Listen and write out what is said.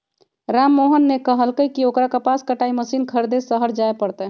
राममोहन ने कहल कई की ओकरा कपास कटाई मशीन खरीदे शहर जाय पड़ तय